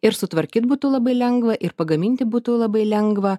ir sutvarkyt būtų labai lengva ir pagaminti būtų labai lengva